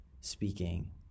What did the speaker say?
speaking